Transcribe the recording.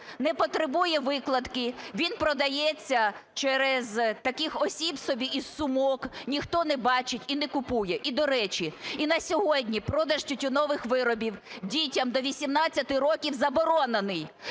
не потребує викладки. Він продається через таких осіб собі, із сумок, ніхто не бачить і не купує. І, до речі, і на сьогодні продаж тютюнових виробів дітям до 18 років заборонений.